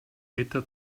ritter